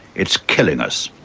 it's killing us.